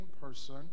person